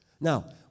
Now